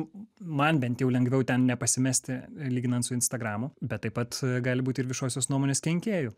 man bent jau lengviau ten nepasimesti lyginant su instagramu bet taip pat gali būti ir viešosios nuomonės kenkėjų